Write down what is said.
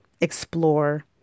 explore